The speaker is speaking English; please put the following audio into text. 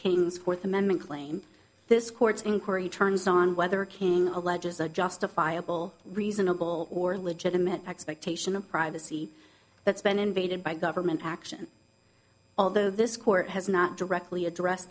fourth amendment claim this court's inquiry turns on whether king alleges a justifiable reasonable or legitimate expectation of privacy that's been invaded by government action although this court has not directly address